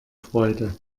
freude